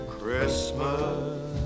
Christmas